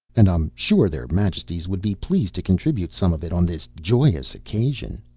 and i'm sure their majesties would be pleased to contribute some of it on this joyous occasion.